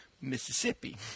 Mississippi